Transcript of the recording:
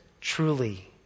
truly